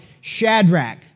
Shadrach